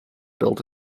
build